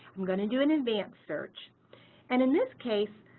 i'm going to do an advanced search and in this case,